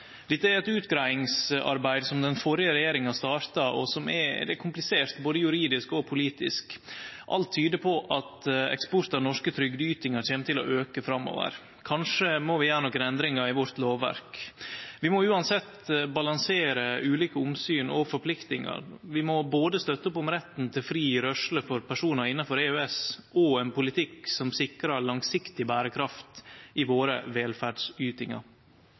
Dette er eit utgreiingsarbeid som den førre regjeringa starta, og det er komplisert både juridisk og politisk. Alt tyder på at eksport av norske trygdeytingar kjem til å auke framover. Kanskje må vi gjere nokre endringar i vårt lovverk. Vi må uansett balansere ulike omsyn og forpliktingar. Vi må støtte opp om både retten til fri rørsle for personar innanfor EØS og ein politikk som sikrar langsiktig berekraft i våre velferdsytingar.